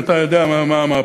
אתה יודע מה הן מהפכות,